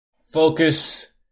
Focus